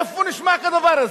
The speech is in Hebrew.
איפה נשמע כדבר הזה?